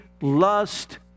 lust